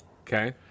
Okay